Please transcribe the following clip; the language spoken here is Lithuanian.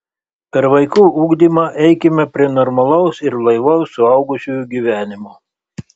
per vaikų ugdymą eikime prie normalaus ir blaivaus suaugusiųjų gyvenimo